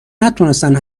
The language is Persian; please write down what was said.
نتونستن